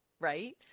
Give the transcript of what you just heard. right